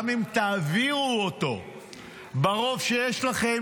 גם אם תעבירו אותו ברוב שיש לכם,